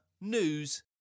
news